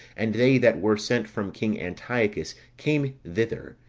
and they that were sent from king antiochus, came thither,